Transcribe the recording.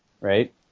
right